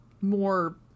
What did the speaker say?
more